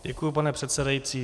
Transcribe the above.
Děkuji, pane předsedající.